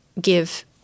give